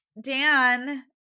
Dan